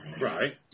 Right